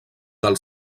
del